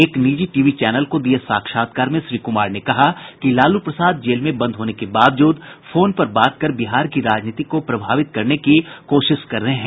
एक निजी TV channel को दिये साक्षात्कार में श्री कुमार ने कहा कि लालू प्रसाद जेल में बंद होने के बावजूद फोन पर बात कर बिहार की राजनीति को प्रभावित करने की कोशिश कर रहे हैं